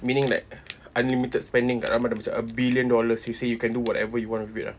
meaning like unlimited spending dekat dalam itu ada macam a billion dollars he say you can do whatever you want with it lah